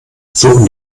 suchen